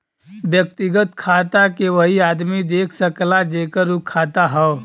व्यक्तिगत खाता के वही आदमी देख सकला जेकर उ खाता हौ